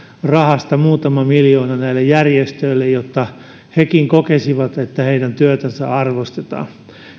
rahasta muutama miljoona näille järjestöille jotta hekin kokisivat että heidän työtänsä arvostetaan